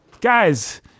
guys